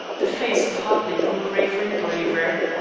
the face of hartley grew graver and graver.